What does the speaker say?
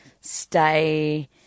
stay